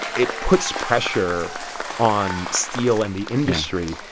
it puts pressure on steel and the industry.